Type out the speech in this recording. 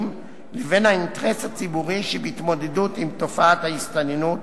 לבין האינטרס הציבורי שבהתמודדות עם תופעת ההסתננות,